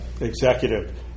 executive